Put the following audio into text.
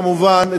כמובן,